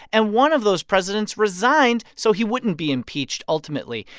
and one of those presidents resigned so he wouldn't be impeached, ultimately.